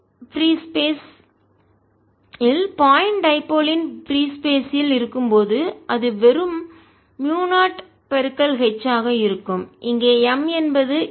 B free space ல் point dipole புள்ளி இருமுனை யின் பிரீ ஸ்பேஸ் இல் இருக்கும் போது அது வெறும் மியூ0 H ஆக இருக்கும் இங்கே m என்பது இல்லை